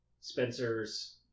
Spencer's